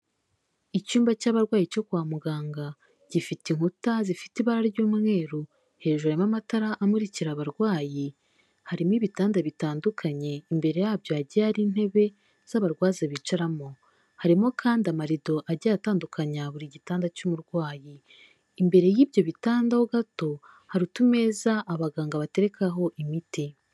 Icyumba cy'abarwayi cyo kwa muganga, gifite inkuta zifite ibara ry'umweru, hejuru harimo amatara amurikira abarwayi, harimo ibitanda bitandukanye, imbere yabyo hagiye hari intebe z'abarwaza bicaramo. Harimo kandi amarido agiye atandukanya buri gitanda cy'umurwayi. Imbere y'ibyo bitanda ho gato, hari utumeza abaganga baterekaho imiti.